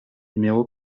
numéro